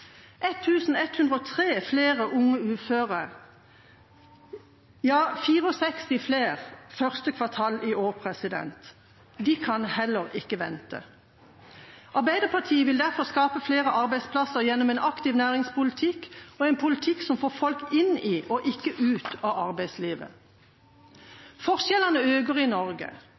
64 flere første kvartal i år – de kan heller ikke vente. Arbeiderpartiet vil derfor skape flere arbeidsplasser gjennom en aktiv næringspolitikk og en politikk som får folk inn i og ikke ut av arbeidslivet. Forskjellene i Norge